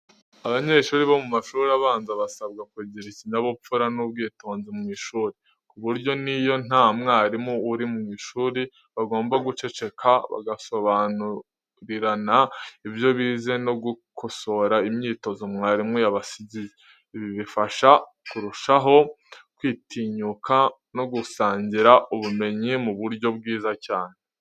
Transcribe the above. Abanyeshuri bo mu mashuri abanza basabwa kugira ikinyabupfura n’ubwitonzi mu ishuri, ku buryo n'iyo nta mwarimu uri mu ishuri, bagomba guceceka, bagasobanurirana ibyo bize no gukosora imyitozo mwarimu yabasigiye. Ibi bibafasha kurushaho kwitinyuka no gusangira ubumenyi mu buryo bwiza cyane.